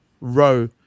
row